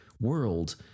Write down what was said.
world